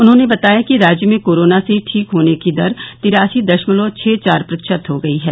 उन्होंने बताया कि राज्य में कोरोना से ठीक होने की दर तिरसी दशमलव छः चार प्रतिशत हो गयी है